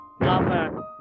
lover